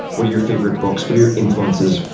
what are your favorite books, what are your influences,